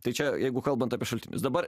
tai čia jeigu kalbant apie šaltinius dabar